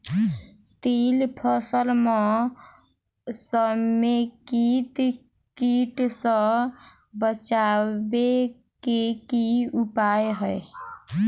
तिल फसल म समेकित कीट सँ बचाबै केँ की उपाय हय?